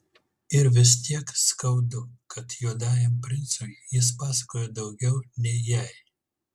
ir vis tiek skaudu kad juodajam princui jis pasakoja daugiau nei jai